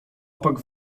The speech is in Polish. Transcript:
opak